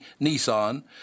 Nissan